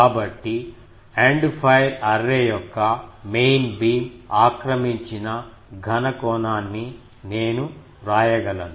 కాబట్టి end fire array యొక్క main beam ఆక్రమించిన ఘన కోణాన్ని నేను వ్రాయగలను